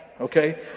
Okay